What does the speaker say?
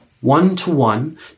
one-to-one